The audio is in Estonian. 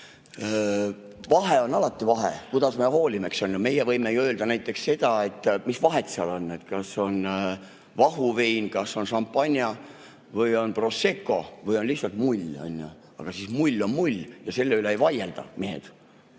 vahe on. Vahe on, kuidas me hoolime. Me võime ju öelda näiteks seda, et mis vahet seal on, kas on vahuvein, šampanja või on Prosecco või on lihtsalt mull. Aga mull on mull ja selle üle ei vaielda, mehed.